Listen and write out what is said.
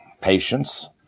patience